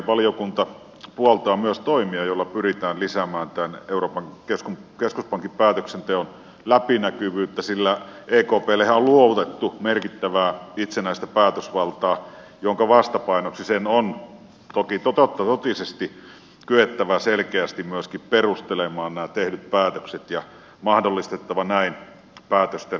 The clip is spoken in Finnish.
valiokunta puoltaa myös toimia joilla pyritään lisäämään euroopan keskuspankin päätöksenteon läpinäkyvyyttä sillä ekpllehän on luovutettu merkittävää itsenäistä päätösvaltaa jonka vastapainoksi sen on totta totisesti kyettävä selkeästi myöskin perustelemaan nämä tehdyt päätökset ja mahdollistettava näin päätösten laajempi arviointi